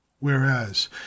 whereas